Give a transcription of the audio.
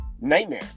nightmare